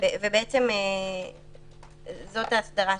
זו ההסדרה.